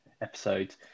episode